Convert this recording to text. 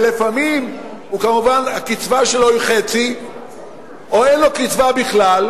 ולפעמים הקצבה שלו היא חצי או אין לו קצבה בכלל,